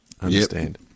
understand